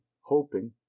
hoping